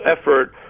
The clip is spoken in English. effort